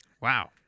Wow